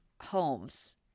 homes